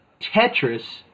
Tetris